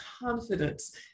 confidence